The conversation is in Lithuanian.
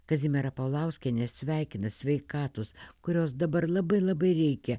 kazimierą paulauskienę sveikina sveikatos kurios dabar labai labai reikia